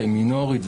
מינורית,